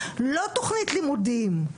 לא תוכנית לימודים,